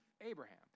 Abraham